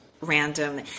random